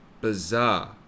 bizarre